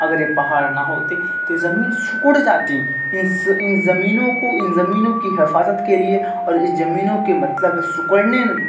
اگر یہ پہاڑ نہ ہوتے تو یہ زمین سکڑ جاتیں اس اس زمینوں کو ان زمینوں کی حفاظت کے لیے اور اس زمینوں کے مطلب سکڑنے